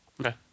Okay